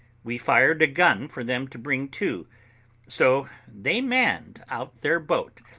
we fired a gun for them to bring to so they manned out their boat,